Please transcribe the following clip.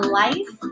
life